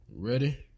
ready